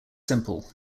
simple